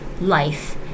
life